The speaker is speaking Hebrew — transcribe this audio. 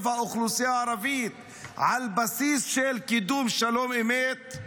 האוכלוסייה הערבית על בסיס של קידום שלום אמת?